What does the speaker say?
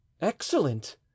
excellent